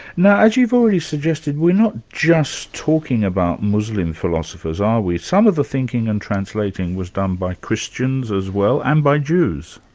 now as you've already suggested, we're not just talking about muslim philosophers, are we? some of the thinking and translating was done by christians as well, and by jews.